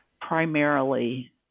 primarily